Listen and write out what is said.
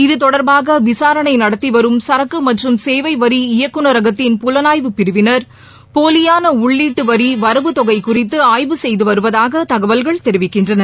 இது தொடர்பாக விசாரணை நடத்திவரும் சரக்கு மற்றும் சேவை வரி இயக்குனரகத்தின் புலனாய்வு பிரிவினர் போலியான உள்ளீட்டு வரி வரவு தொகை குறித்து ஆய்வு செய்து வருவதாக தகவல்கள் தெரிவிக்கின்றன